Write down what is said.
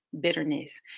bitterness